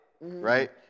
right